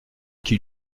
qui